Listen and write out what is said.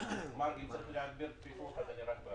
מרגי וצריך להגביר את הפיקוח על זה.